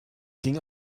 ging